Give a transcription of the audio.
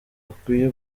akwiye